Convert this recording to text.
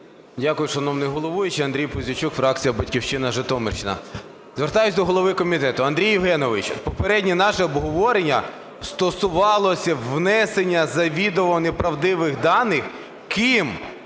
Дякую, шановний головуючий. Андрій Пузійчук, фракція "Батьківщина", Житомирщина. Звертаюсь до голови комітету. Андрій Євгенович, попереднє наше обговорення стосувалося внесення завідомо неправдивих даних. Ким?